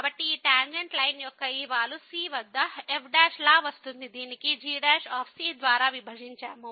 కాబట్టి ఈ tangent line యొక్క ఈ వాలు c వద్ద fలా వస్తుంది దీనిని g ద్వారా విభజించాము